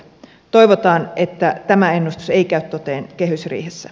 toivotaan että tämä ennustus ei käy toteen kehysriihessä